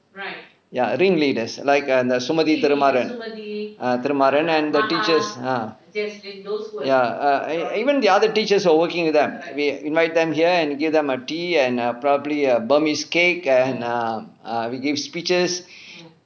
ya ringleaders like err sumathi thirumaaran thirumaaran and the teachers ah ya err even the other teachers who are working with them we invite them here and give them a tea and err probably a burmese cake and err err we give speeches